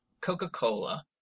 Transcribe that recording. Coca-Cola